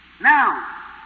Now